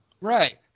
right